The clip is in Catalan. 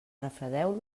refredeu